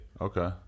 Okay